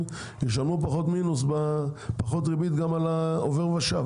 הם ישלמו פחות ריבית גם על העובר ושב.